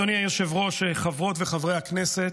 אדוני היושב-ראש, חברות וחברי הכנסת,